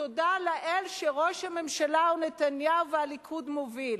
אחמד טיבי אמר שתודה לאל שראש הממשלה נתניהו והליכוד מוביל.